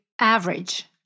average